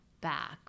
back